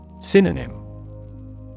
Synonym